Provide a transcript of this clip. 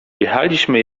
jechaliśmy